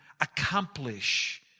accomplish